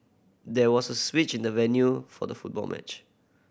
there was a switch in the venue for the football match